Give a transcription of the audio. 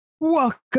welcome